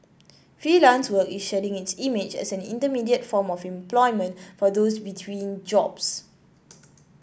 freelance work is shedding its image as an intermediate form of employment for those between jobs